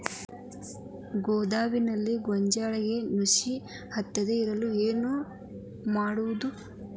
ಗೋದಾಮಿನಲ್ಲಿ ಗೋಂಜಾಳ ನುಸಿ ಹತ್ತದೇ ಇರಲು ಏನು ಮಾಡುವುದು?